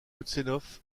kouznetsov